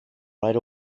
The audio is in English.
right